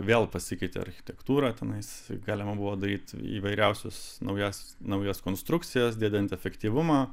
vėl pasikeitė architektūra tenais galima buvo daryt įvairiausius naujas naujas konstrukcijas didinti efektyvumą